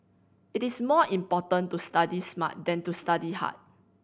it is more important to study smart than to study hard